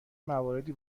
مواردی